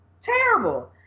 terrible